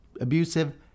Abusive